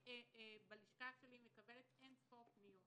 בלשכה שלי אני מקבלת אין-ספור פניות